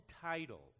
title